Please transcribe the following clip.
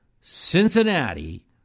Cincinnati